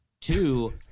Two